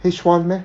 H one meh